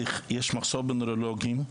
יש מחסור בנוירולוגים.